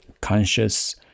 conscious